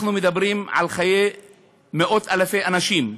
אנחנו מדברים על חיי מאות-אלפי אנשים,